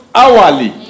hourly